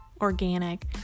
organic